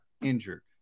injured